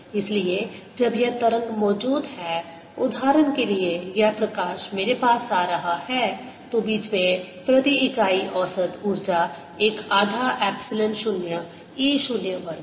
इसलिए जब यह तरंग मौजूद है उदाहरण के लिए यह प्रकाश मेरे पास आ रहा है तो बीच में प्रति इकाई औसत ऊर्जा एक आधा एप्सिलॉन 0 e 0 वर्ग है